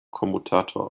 kommutator